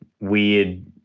weird